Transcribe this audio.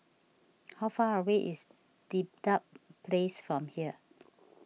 how far away is Dedap Place from here